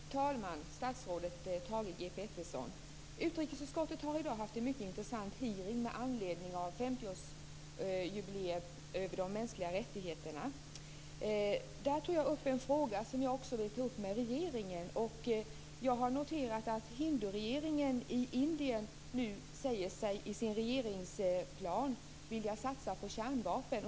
Herr talman! Jag har en fråga till statsrådet Thage G Peterson. Utrikesutskottet har i dag haft en mycket intressant hearing med anledning av 50-årsjubileet av de mänskliga rättigheterna. Där tog jag upp en fråga som jag också vill ta upp med regeringen. Jag har noterat att hinduregeringen i Indien nu i sin regeringsplan säger sig vilja satsa på kärnvapen.